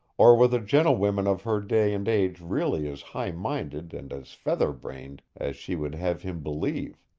or were the gentlewomen of her day and age really as high-minded and as feathered-brained as she would have him believe?